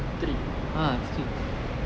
three